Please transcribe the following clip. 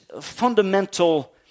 fundamental